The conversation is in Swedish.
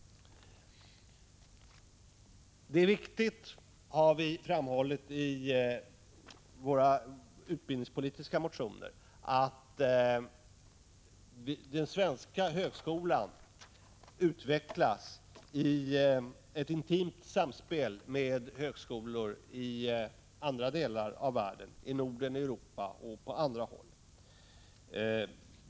Vi har i våra utbildningspolitiska motioner framhållit att det är viktigt att | den svenska högskolan utvecklas i ett intimt samspel med högskolor i andra delar av världen — i Norden, i övriga Europa och på andra håll.